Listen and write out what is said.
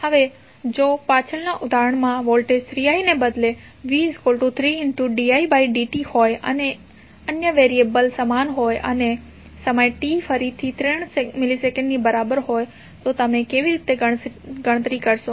હવે જો પાછળના ઉદાહરણમાં વોલ્ટેજ 3i ને બદલે v3didt હોય અને અન્ય વેરીએબલ સમાન હોય અને સમય t ફરીથી 3 મિલિસેકંડની બરાબર હોય તો તમે કેવી રીતે ગણતરી કરશો